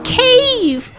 cave